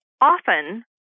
Often